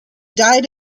died